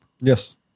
Yes